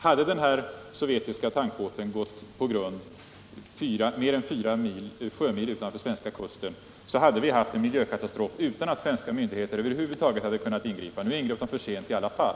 Hade den sovjetiska tankbåten gått på grund fyra sjömil utanför svenska kusten, hade vi haft en miljökatastrof utan att svenska myndigheter över huvud taget hade kunnat ingripa. Nu ingrep de för sent i alla fall.